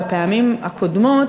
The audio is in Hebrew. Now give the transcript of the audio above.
בפעמים הקודמות,